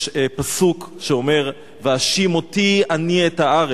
יש פסוק שאומר: "והשִמֹתי אני את הארץ",